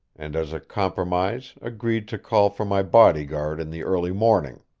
and as a compromise agreed to call for my bodyguard in the early morning.